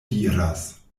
diras